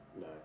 No